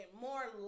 more